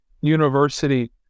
University